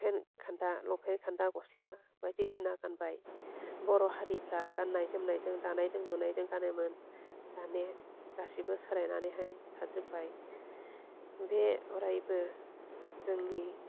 PAN खान्दा लंपेन्ट खान्दा गस्ला बायदिसिना गानबाय बर' हारिफ्रा गान्नाय जोमनायजों दानायजों लुनायजों गानोमोन दाने गासिबो सोलायनानैहाय थाजोब्बाय बे अरायबो जोंनि